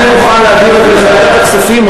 אני מוכן להעביר את זה לוועדת הכספים,